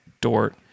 Dort